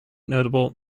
notable